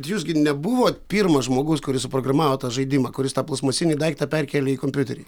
jūs gi nebuvo pirmas žmogus kuris suprogramavo tą žaidimą kuris tą plastmasinį daiktą perkėlė į kompiuterį